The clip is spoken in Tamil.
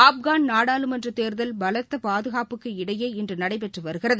ஆப்கான் நாடாளுமன்ற தேர்தல் பலத்த பாதுகாப்புக்கு இடையே இன்று நடைபெற்று வருகிறது